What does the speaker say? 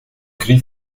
gris